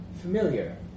familiar